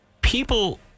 People